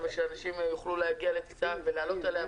ושאנשים יוכלו להגיע לטיסה ולעלות עליה,